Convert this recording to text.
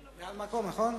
אדוני היושב-ראש,